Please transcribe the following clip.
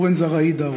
נהרג לורנז עראידה,